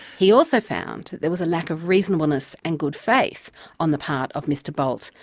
he also found that there was a lack of reasonableness and good faith on the part of mr bolt,